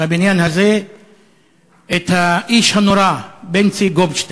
בבניין הזה את האיש הנורא בנצי גופשטיין,